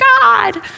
God